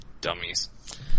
Dummies